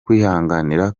kwihanganira